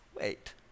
Wait